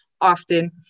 often